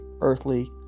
earthly